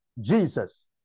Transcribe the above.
Jesus